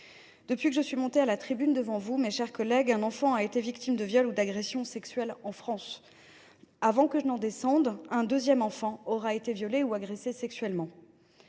le président, madame la ministre, mes chers collègues, un enfant a été victime de viol ou d’agression sexuelle en France. Avant que je n’en descende, un deuxième enfant aura été violé ou agressé sexuellement.